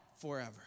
forever